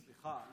סליחה,